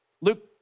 Luke